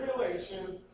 regulations